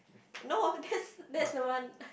no that's that's the one